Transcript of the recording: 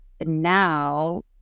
now